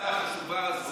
בוא לא נעליב,